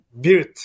built